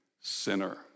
sinner